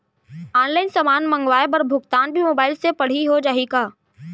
Online समान मंगवाय बर भुगतान भी मोबाइल से पड़ही हो जाही का?